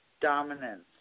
dominance